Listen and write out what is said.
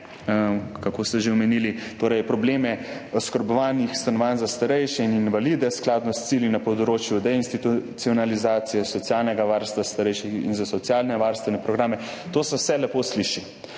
kako ste že omenili? – torej probleme oskrbovanih stanovanj za starejše in invalide skladno s cilji na področju deinstitucionalizacije, socialnega varstva starejših in za socialnovarstvene programe. To se vse lepo sliši,